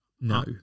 no